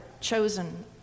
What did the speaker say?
chosen